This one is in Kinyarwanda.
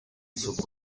isoko